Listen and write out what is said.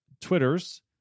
Twitters